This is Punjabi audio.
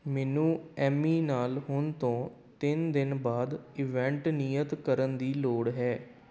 ਮੈਨੂੰ ਐਮੀ ਨਾਲ ਹੁਣ ਤੋਂ ਤਿੰਨ ਦਿਨ ਬਾਅਦ ਇਵੈਂਟ ਨਿਯਤ ਕਰਨ ਦੀ ਲੋੜ ਹੈ